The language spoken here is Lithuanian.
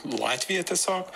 latvija tiesiog